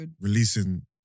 Releasing